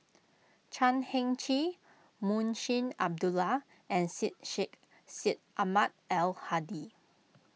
Chan Heng Chee Munshi Abdullah and Syed Sheikh Syed Ahmad Al Hadi